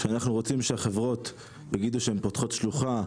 כשאנחנו רוצים שהחברות יגידו שהן פותחות שלוחה,